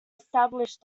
established